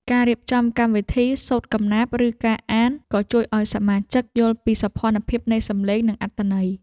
ការរៀបចំកម្មវិធី សូត្រកំណាព្យ ឬការអាន ក៏ជួយឱ្យសមាជិកយល់ពីសោភ័ណភាពនៃសំឡេង និងអត្ថន័យ។